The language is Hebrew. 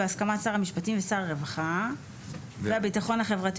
בהסכמת שר המשפטים ושר הרווחה והביטחון החברתי